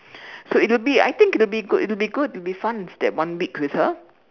so it will be I think it will be good it will be good it will be fun with that one week with her